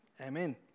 Amen